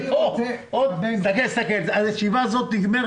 היית ראש עיריית ירושלים ואתה יודע שמדובר